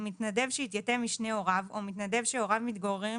- מתנדב שהתייתם משני הוריו או מתנדב שהוריו מתגוררים